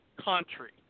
country